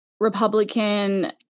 Republican